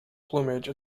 plumage